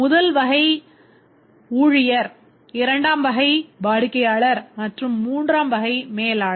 முதல் user வகை ஊழியர் இரண்டாம் வகை வாடிக்கையாளர் மற்றும் மூன்றாம் வகை மேலாளர்